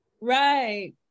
right